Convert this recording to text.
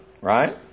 right